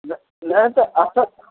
न न त असां